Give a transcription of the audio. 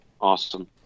Awesome